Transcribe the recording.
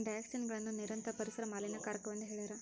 ಡಯಾಕ್ಸಿನ್ಗಳನ್ನು ನಿರಂತರ ಪರಿಸರ ಮಾಲಿನ್ಯಕಾರಕವೆಂದು ಹೇಳ್ಯಾರ